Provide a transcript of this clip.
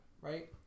right